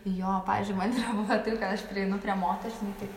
jo pavyzdžiui man yra buvę taip kad aš prieinu prie moters jinai taip